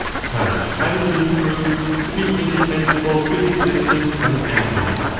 touch having been proved to be indispensable to the existence of an animal.